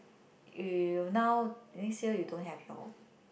you now this year you don't have your